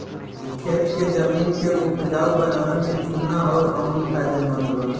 खेत के जमीन के उपजाऊ बनावे में चूना अउर अम्ल फायदेमंद बा